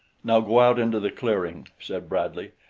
now go out into the clearing, said bradley,